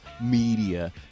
media